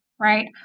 right